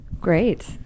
Great